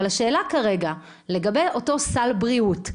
אבל השאלה כרגע היא לגבי אותו סל בריאות,